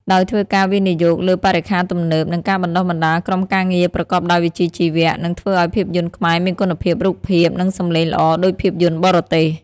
ដោយធ្វើការវិនិយោគលើបរិក្ខារទំនើប និងការបណ្តុះបណ្តាលក្រុមការងារប្រកបដោយវិជ្ជាជីវៈ នឹងធ្វើឲ្យភាពយន្តខ្មែរមានគុណភាពរូបភាព និងសំឡេងល្អដូចភាពយន្តបរទេស។